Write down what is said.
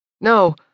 No